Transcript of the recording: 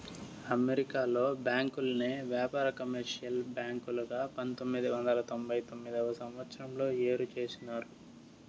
అమెరికాలో బ్యాంకుల్ని వ్యాపార, కమర్షియల్ బ్యాంకులుగా పంతొమ్మిది వందల తొంభై తొమ్మిదవ సంవచ్చరంలో ఏరు చేసినారు